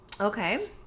Okay